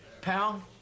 Pal